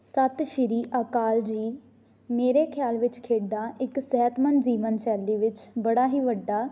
ਸਤਿ ਸ਼੍ਰੀ ਅਕਾਲ ਜੀ ਮੇਰੇ ਖਿਆਲ ਵਿੱਚ ਖੇਡਾਂ ਇੱਕ ਸਿਹਤਮੰਦ ਜੀਵਨ ਸ਼ੈਲੀ ਵਿੱਚ ਬੜਾ ਹੀ ਵੱਡਾ